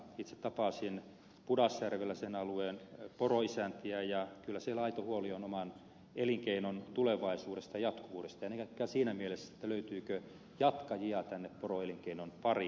itse tapasin pudasjärvellä sen alueen poroisäntiä ja kyllä siellä aito huoli on oman elinkeinon tulevaisuudesta jatkuvuudesta ennen kaikkea siinä mielessä löytyykö jatkajia tänne poroelinkeinon pariin